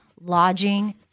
lodging